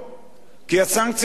כי הסנקציה היא חמורה.